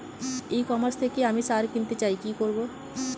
E commerce থেকে আমি সার কিনতে চাই কি করব?